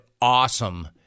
awesome